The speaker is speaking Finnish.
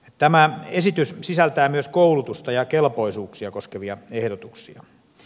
tämä esitys sisältää myös koulutusta ja kelpoisuuksia koskevia ehdotuksia